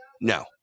no